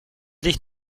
dich